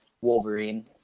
Wolverine